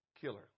killer